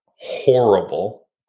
horrible